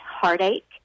heartache